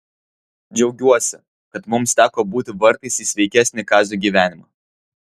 džiaugiuosi kad mums teko būti vartais į sveikesnį kazio gyvenimą